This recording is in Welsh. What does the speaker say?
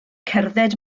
cerdded